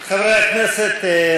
חברי הכנסת,